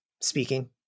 speaking